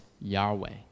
Yahweh